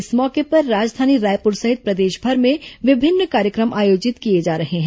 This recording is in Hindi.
इस मौके पर राजधानी रायपुर सहित प्रदेशभर में विभिन्न कार्य क्र म आयोजित किए जा रहे हैं